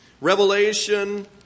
Revelation